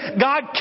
God